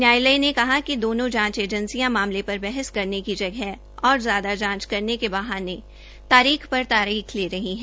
न्यायालय ने कहा कि दोनों जांच एजेंसियों मामले पर बहस करने की जगह और ज्यादा जांच करने के बहाने तारीख ले रही है